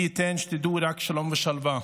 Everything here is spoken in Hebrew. מי ייתן שתדעו רק שלום ושלווה.